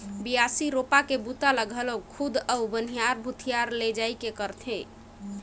बियासी, रोपा के बूता ल घलो खुद अउ बनिहार भूथिहार लेइज के करथे